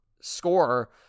scorer